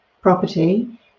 property